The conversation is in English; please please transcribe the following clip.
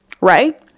right